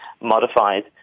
modified